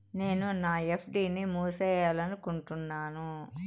నేను నా ఎఫ్.డి ని మూసేయాలనుకుంటున్నాను